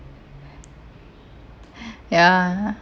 ya